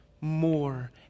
more